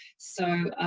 so,